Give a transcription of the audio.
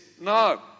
No